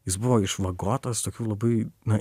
jis buvo išvagotas tokių labai na